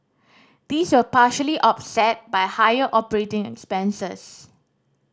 these were partially offset by higher operating expenses